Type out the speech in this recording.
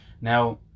Now